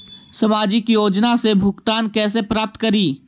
सामाजिक योजना से भुगतान कैसे प्राप्त करी?